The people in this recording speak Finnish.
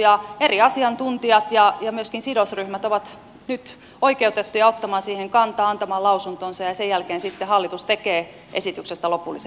ja eri asiantuntijat ja myöskin sidosryhmät ovat nyt oikeutettuja ottamaan siihen kantaa antamaan lausuntonsa ja sen jälkeen sitten hallitus tekee esityksestä lopullisen päätöksen